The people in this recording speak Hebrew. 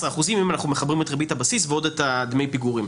אחוזים אם אנחנו מחברים את ריבית הבסיס ועוד את דמי הפיגורים.